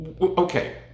okay